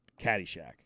Caddyshack